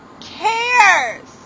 cares